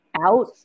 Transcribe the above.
out